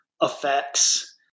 effects